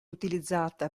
utilizzata